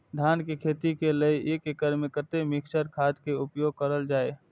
धान के खेती लय एक एकड़ में कते मिक्चर खाद के उपयोग करल जाय?